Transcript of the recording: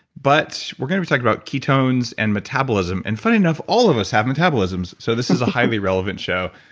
but we're going to be talking about ketones and metabolism. and funny enough, all of us have metabolisms, so this is a highly relevant show.